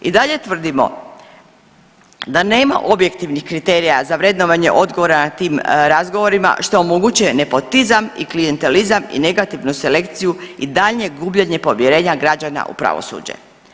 I dalje tvrdimo da nema objektivnih kriterija za vrednovanje odgovora na tim razgovorima što omogućuje nepotizam i klijentelizam i negativnu selekciju i daljnje gubljenje povjerenja građana u pravosuđe.